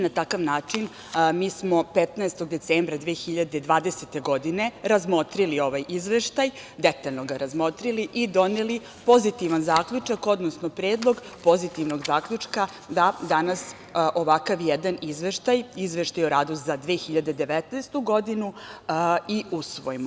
Na takav način, mi smo 15. decembra 2020. godine, razmotrili ovaj izveštaj, detaljno ga razmotrili i doneli pozitivan zaključak, odnosno predlog pozitivnog zaključka da danas ovakav jedan izveštaj, izveštaj o radu za 2019. godinu i usvojimo.